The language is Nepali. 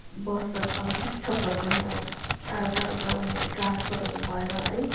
बस्छन् अब शिक्षकहरू पनि अब टाडो टाडोबाट उनीहरू ट्रान्फरहरू भएर है